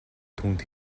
түүнд